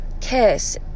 kiss